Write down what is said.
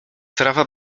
trawa